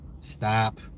Stop